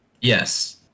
Yes